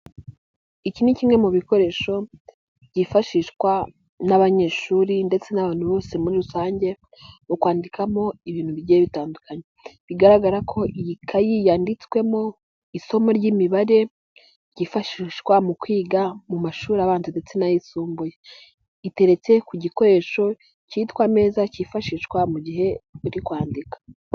Iki ni kimwe mu bikoresho byifashishwa n'abanyeshuri ndetse n'abantu bose muri rusange mu kwandikamo ibintu bigiye bitandukanye, bigaragara ko iyi kayi yanditswemo isomo ry'imibare ryifashishwa mu kwiga mu mashuri abanza ndetse n'ayisumbuye, iteretse ku gikoresho kitwa ameza kifashishwa mu gihe uri kwandika.